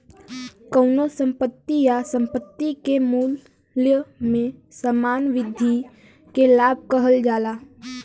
कउनो संपत्ति या संपत्ति के मूल्य में सामान्य वृद्धि के लाभ कहल जाला